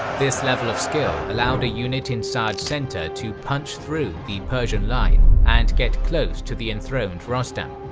this level of skill allowed a unit in sa'd's centre to punch through the persian line and get close to the enthroned rostam.